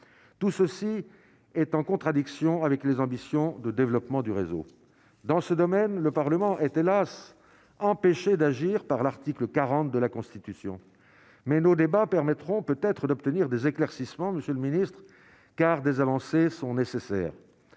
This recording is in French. tout ceci est en contradiction avec les ambitions de développement du réseau dans ce domaine, le Parlement était s'empêcher d'agir par l'article 40 de la Constitution, mais nos débats permettront peut-être d'obtenir des éclaircissements, Monsieur le Ministre, car des avancées sont nécessaires,